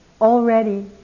already